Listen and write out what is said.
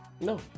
no